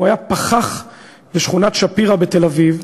הוא היה פחח בשכונת שפירא בתל-אביב,